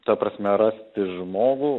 ta prasme rasti žmogų